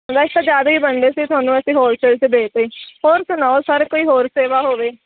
ਵੈਸੇ ਤਾਂ ਜ਼ਿਆਦਾ ਹੀ ਬਣਦੇ ਸੀ ਤੁਹਾਨੂੰ ਅਸੀਂ ਹੋਲਸੇਲ 'ਚ ਦੇ ਦਿੱਤੇ ਹੋਰ ਸੁਣਾਓ ਸਰ ਕੋਈ ਹੋਰ ਸੇਵਾ ਹੋਵੇ